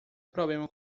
problema